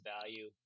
value